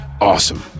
awesome